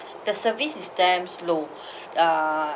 the service is damn slow uh